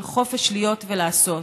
של חופש להיות ולעשות,